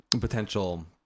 potential